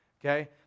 okay